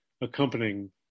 accompanying